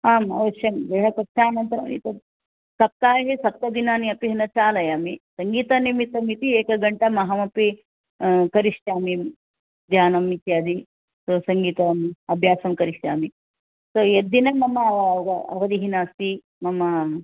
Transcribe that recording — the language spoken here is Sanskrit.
आम् अवश्यं गृहकक्षानन्तरमेतत् सप्ताहे सप्तदिनानि अपि न चालयामि सङ्गीतनिमित्तमिति एकघण्टामहमपि करिष्यामि ज्ञानम् इत्यादि सङ्गीतम् अभ्यासं करिष्यामि यद्दिनं मम अवधिः नास्ति मम